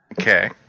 Okay